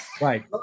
Right